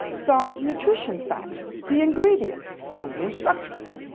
some nutrition facts, the ingredients, and the instructions.